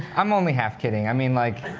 i'm only half kidding. i mean, like